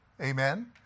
Amen